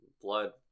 blood